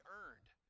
earned